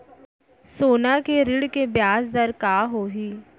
सोना के ऋण के ब्याज दर का होही?